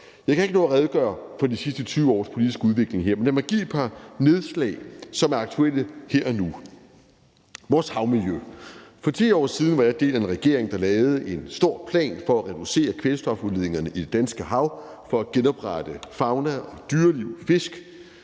Jeg kan ikke nå at redegøre for de sidste 20 års politiske udvikling her, men lad mig lave et par nedslag, som er aktuelle her og nu. Et eksempel er vores havmiljø. For 10 år siden var jeg del af en regering, der lavede en stor plan for at reducere kvælstofudledningerne i det danske hav for at genoprette fauna, dyreliv og